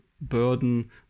burden